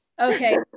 Okay